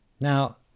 Now